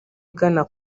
igana